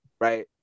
right